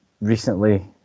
recently